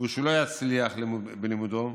ושהוא לא יצליח בלימודו,